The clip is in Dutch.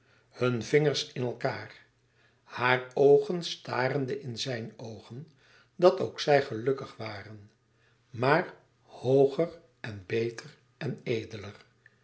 hunne vingers in elkaâr hare oogen starende in zijn oogen dat ook zij gelukkig waren maar hooger en beter en